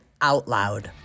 OUTLOUD